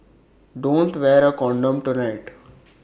don't wear A condom tonight